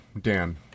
Dan